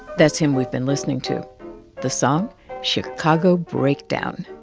that's him we've been listening to the song chicago breakdown.